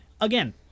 Again